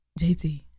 JT